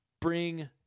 bring